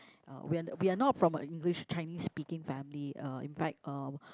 uh we are we are not from a English Chinese speaking family uh in fact um